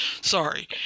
sorry